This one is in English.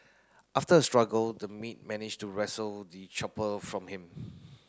after a struggle the maid managed to wrestle the chopper from him